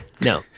No